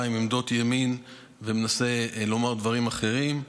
עם עמדות ימין ומנסה לומר דברים אחרים.